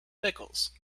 pickles